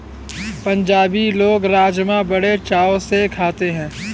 पंजाबी लोग राज़मा बड़े चाव से खाते हैं